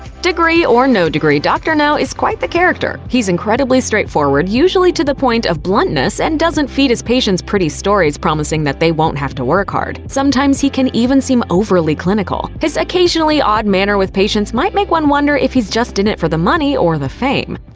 degree or no degree, dr. now is quite the character. he's incredibly straightforward, usually to the point of bluntness, and doesn't feed his patients pretty stories promising that they won't have to work hard. sometimes he can even seem overly clinical. his occasionally odd manner with patients might make one wonder if he's just in it for the money or the fame.